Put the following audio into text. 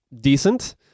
decent